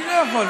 אני לא יכול.